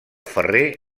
ferrer